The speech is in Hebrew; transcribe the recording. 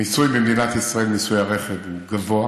המיסוי במדינת ישראל, מיסוי הרכב, הוא גבוה.